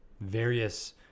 various